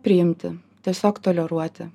priimti tiesiog toleruoti